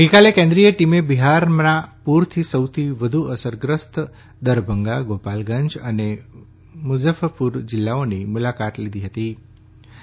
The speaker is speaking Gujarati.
ગઈકાલે કેન્દ્રીય ટીમે બિહારનાં પૂરથી સૌથી વધુ અસરગ્રસ્ત દરભંગા ગોપાલગંજ અને મુસફ્ફરપૂર જિલ્લાઓની મુલાકાત લીધી હતીં